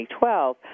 2012